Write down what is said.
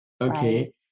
okay